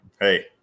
hey